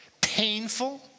painful